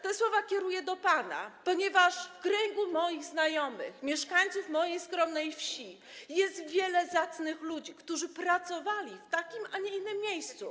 Te słowa kieruję do pana, ponieważ w kręgu moich znajomych, mieszkańców mojej skromnej wsi jest wiele zacnych ludzi, którzy pracowali w takim, a nie innym miejscu.